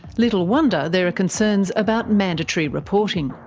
little wonder there are concerns about mandatory reporting.